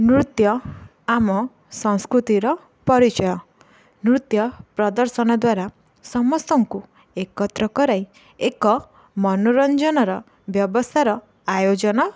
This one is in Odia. ନୃତ୍ୟ ଆମ ସଂସ୍କୃତିର ପରିଚୟ ନୃତ୍ୟ ପ୍ରଦର୍ଶନ ଦ୍ୱାରା ସମସ୍ତଙ୍କୁ ଏକତ୍ର କରାଇ ଏକ ମନୋରଞ୍ଜନର ବ୍ୟବସ୍ଥାର ଆୟୋଜନ